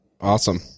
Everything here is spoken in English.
Awesome